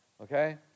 okay